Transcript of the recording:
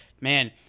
man